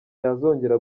yazongera